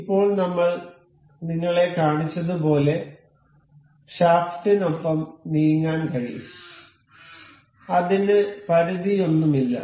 ഇപ്പോൾ നമ്മൾ നിങ്ങളെ കാണിച്ചതുപോലെ ഷാഫ്റ്റിനൊപ്പം നീങ്ങാൻ കഴിയും അതിന് പരിധിയൊന്നുമില്ല